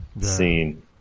scene